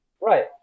Right